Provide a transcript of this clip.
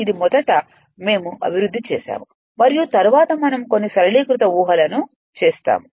ఇది మొదట మేము అభివృద్ధి చేసాము మరియు తరువాత మనం కొన్ని సరళీకృత ఊహలను చేస్తాము